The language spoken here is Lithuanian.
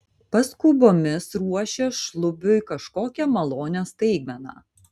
paskubomis ruošė šlubiui kažkokią malonią staigmeną